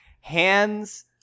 hands